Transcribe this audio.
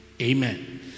amen